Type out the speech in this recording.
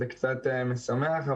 אז זה קצת משמח,